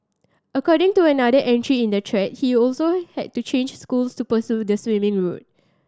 according to another entry in the thread he also had to change schools to pursue the swimming route